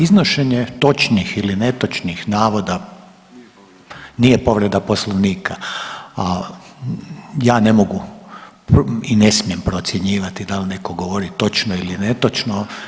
Ovaj, iznošenje točnih ili netočnih navoda nije povreda Poslovnika, a ja ne mogu i ne smijem procjenjivati da li netko govori točno ili netočno.